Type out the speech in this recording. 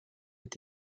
est